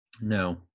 No